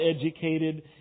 educated